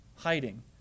Hiding